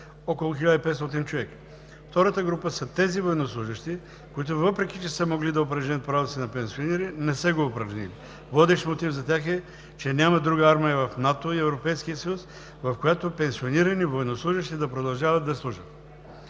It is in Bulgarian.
около 1500 човека. Втората група са тези военнослужещи, които, въпреки че са могли да упражнят правото си на пенсиониране, не са го упражнили. Водещ мотив за тях е, че няма друга армия в НАТО и Европейския съюз, в която пенсионирани военнослужещи да продължават да служат.